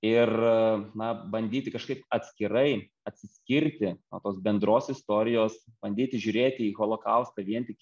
ir na bandyti kažkaip atskirai atsiskirti nuo tos bendros istorijos bandyti žiūrėti į holokaustą vien tik